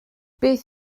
beth